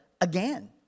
again